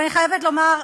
אבל אני חייבת לומר,